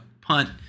punt